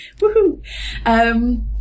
Woohoo